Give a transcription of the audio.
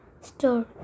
store